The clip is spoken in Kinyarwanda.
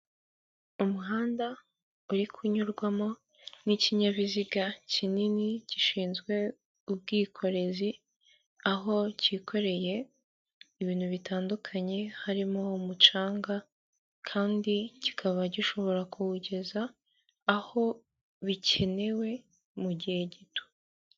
Umuhanda uri kunyurwamo n'ikinyabiziga kinini gishinzwe ubwikorezi, aho cyikoreye ibintu bitandukanye, harimo umucanga kandi kikaba gishobora kuwugeza aho bikenewe, mu gihe gito.